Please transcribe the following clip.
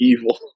Evil